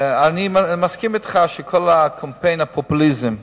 אני מסכים אתך שכל קמפיין הפופוליזם,